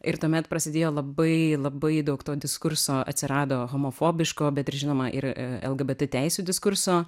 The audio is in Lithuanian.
ir tuomet prasidėjo labai labai daug to diskurso atsirado homofobiško bet ir žinoma ir lgbt teisių diskurso